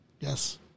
Yes